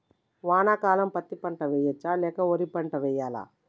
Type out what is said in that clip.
వానాకాలం పత్తి పంట వేయవచ్చ లేక వరి పంట వేయాలా?